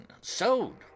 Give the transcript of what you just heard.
sowed